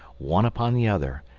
one upon the other,